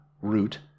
Root